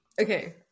Okay